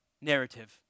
narrative